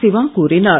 சிவா கூறினார்